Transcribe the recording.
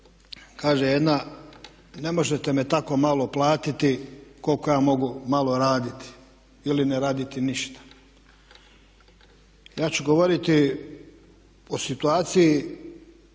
Kaže jedna, ne možete me tako malo platiti koliko ja mogu malo raditi ili ne raditi ništa. Ja ću govoriti o situaciji